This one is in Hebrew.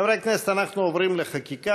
חברי הכנסת, אנחנו עוברים לחקיקה.